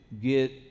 get